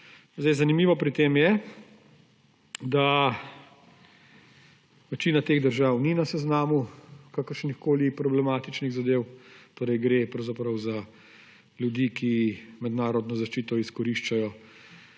Zanimivo pri tem je, da večina teh držav ni na seznamu kakršnihkoli problematičnih zadev. Torej gre pravzaprav za ljudi, ki mednarodno zaščito izkoriščajo,